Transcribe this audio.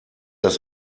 das